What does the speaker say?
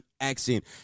accent